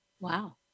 Wow